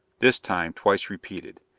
this time twice repeated.